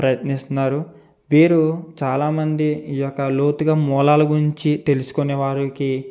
ప్రయత్నిస్తున్నారు వీరు చాలామంది ఈ యొక్క లోతుగా మూలాల గురించి తెలుసుకునే వారికి